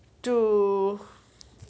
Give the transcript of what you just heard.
to